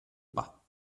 pas